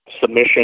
submission